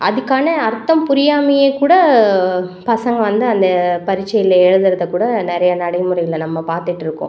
அதுக்கான அர்த்தம் புரியாமயே கூட பசங்க வந்து அந்த பரீட்சையில் எழுதுறதை கூட நிறையா நடைமுறையில் நம்ம பார்த்துட்டு இருக்கோம்